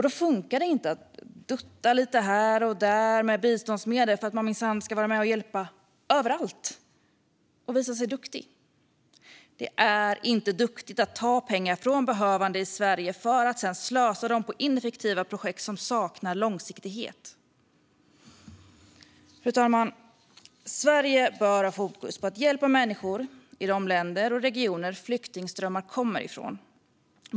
Då funkar det inte att dutta lite här och där med biståndsmedel för att man minsann ska vara med och hjälpa till överallt och visa sig duktig. Det är inte duktigt att ta pengar från behövande i Sverige för att sedan slösa dem på ineffektiva projekt som saknar långsiktighet. Fru talman! Sverige bör ha fokus på att hjälpa människor i de länder och regioner flyktingströmmarna kommer ifrån.